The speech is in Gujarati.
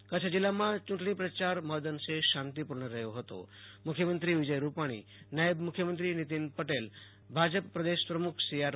ડ કચ્છ જિલ્લામાં યૂં ટણી પ્રચાર મહદ અંશે શાંતિપૂર્ણ રહ્યો હતોમુખ્યમંત્રી વિજય રૂમાણી નાયબ મુખ્યમંત્રી નીતિન પ્રદેલ ભાજપ પ્રદેશ પ્રમુખ સી આર